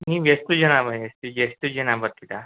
ನೀವು ಎಷ್ಟು ಜನ ಮ ಹೇ ಎಷ್ಟು ಎಷ್ಟು ಜನ ಬರ್ತೀರಾ